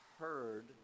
heard